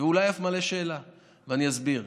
ואולי זה אף מעלה שאלה, ואני אסביר: